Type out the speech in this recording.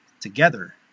together